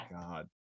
God